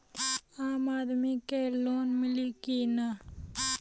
आम आदमी के लोन मिली कि ना?